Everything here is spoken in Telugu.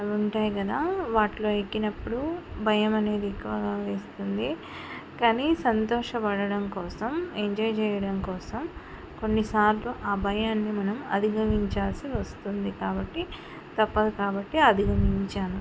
అవి ఉంటాయి కదా వాటిలో ఎక్కినప్పుడు భయం అనేది ఇంకా వేస్తుంది కానీ సంతోషపడడం కోసం ఎంజాయ్ చేయడం కోసం కొన్నిసార్లు ఆ భయాన్ని మనం అధిగమించాల్సి వస్తుంది కాబట్టి తప్పదు కాబట్టి అధిగమించాను